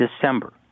december